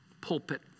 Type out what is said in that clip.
pulpit